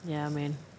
ya man